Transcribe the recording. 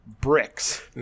bricks